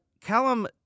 Callum